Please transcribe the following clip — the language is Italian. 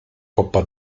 coppa